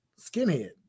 skinhead